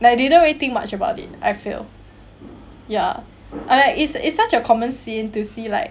like didn't really think much about it I feel ya and like it's it's such a common scene to see like